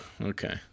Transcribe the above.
Okay